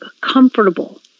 Comfortable